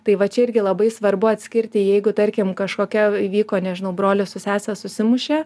tai va čia irgi labai svarbu atskirti jeigu tarkim kažkokia įvyko nežinau brolis su sese susimušė